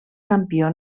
campió